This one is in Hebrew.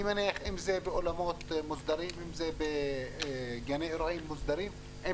אני מניח שאם זה באולמות ובגני אירועים מוסדרים עם